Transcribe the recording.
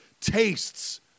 tastes